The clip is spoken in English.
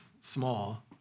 small